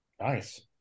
Nice